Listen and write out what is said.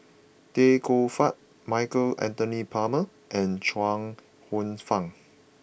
Tay Koh Yat Michael Anthony Palmer and Chuang Hsueh Fang